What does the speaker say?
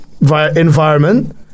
environment